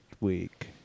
week